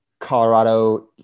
Colorado